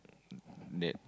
that